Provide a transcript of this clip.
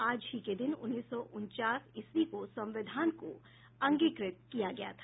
आज ही के दिन उन्नीस सौ उनचास ईस्वी को संविधान को अंगीकृत किया गया था